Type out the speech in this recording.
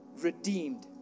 redeemed